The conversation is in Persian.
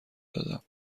دادم